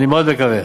אני מאוד מקווה.